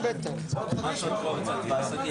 לא אשדוד גם.